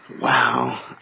Wow